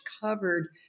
covered